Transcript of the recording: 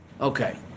Okay